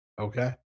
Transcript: Okay